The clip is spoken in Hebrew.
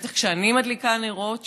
בטח כשאני מדליקה נרות שבת,